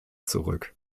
zurück